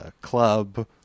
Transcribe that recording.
club